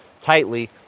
tightly